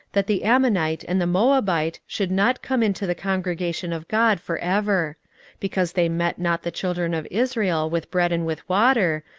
that the ammonite and the moabite should not come into the congregation of god for ever because they met not the children of israel with bread and with water,